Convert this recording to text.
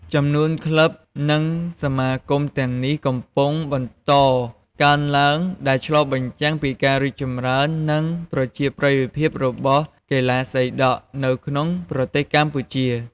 ចំនួនក្លឹប និងសមាគមទាំងនេះកំពុងបន្តកើនឡើង ដែលឆ្លុះបញ្ចាំងពីការរីកចម្រើន និងប្រជាប្រិយភាពរបស់កីឡាសីដក់នៅក្នុងប្រទេសកម្ពុជា។